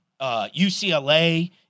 UCLA